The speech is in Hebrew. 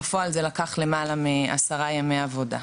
ובפועל זה לקח למעלה מעשרה ימי עבודה.